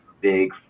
big